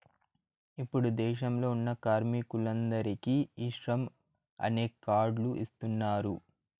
ఇప్పుడు దేశంలో ఉన్న కార్మికులందరికీ ఈ శ్రమ్ అనే కార్డ్ లు ఇస్తున్నారు